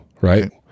right